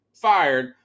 fired